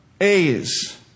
A's